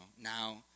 Now